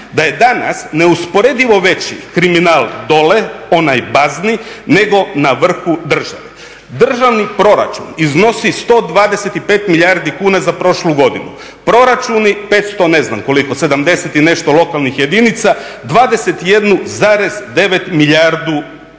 da je danas neusporedivo veći kriminal dole onaj bazni nego na vrhu države. Državni proračun iznosi 125 milijardi kuna za prošlu godinu, proračuni 500 ne znam koliko, 70 i nešto lokalnih jedinica, 21,9 milijardi kuna.